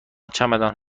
چمدان